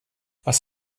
was